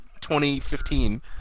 2015